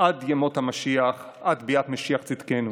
עד ימות המשיח, עד ביאת משיח צדקנו.